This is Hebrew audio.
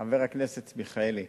חבר הכנסת מיכאלי,